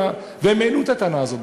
והם העלו את הטענה הזאת,